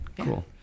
Cool